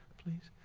please